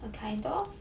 err kind of